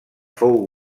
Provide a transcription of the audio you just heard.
fou